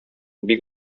бик